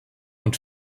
und